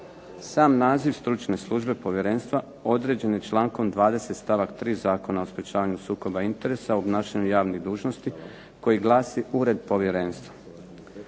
Sam naziv stručne službe povjerenstva određen je člankom 20. stavak 3. Zakona o sprječavanju sukoba interesa u obnašanju javnih dužnosti, koji glasi Ured povjerenstva.